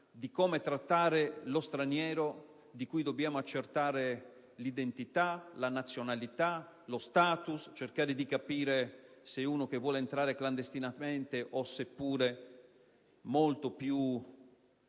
cioè come trattare lo straniero, di cui dobbiamo accertare l'identità, la nazionalità, lo *status*, per cercare di capire se vuole entrare clandestinamente nel nostro